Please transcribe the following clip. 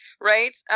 Right